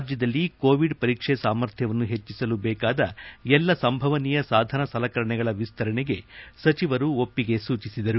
ರಾಜ್ಯದಲ್ಲಿ ಕೋವಿಡ್ ಪರೀಕ್ಷೆ ಸಾಮರ್ಥ್ಯವನ್ನು ಹೆಚ್ಚಿಸಲು ಬೇಕಾದ ಎಲ್ಲ ಸಂಭವನೀಯ ಸಾಧನ ಸಲಕರಣೆಗಳ ವಿಸ್ತರಣೆಗೆ ಸಚಿವರು ಒಪ್ಪಿಗೆ ಸೂಚಿಸಿದರು